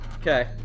Okay